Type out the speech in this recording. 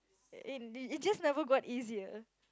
it it just never got easier